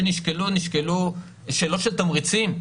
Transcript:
שאלות של תמריצים.